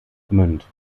gmünd